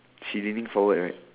she leaning forward right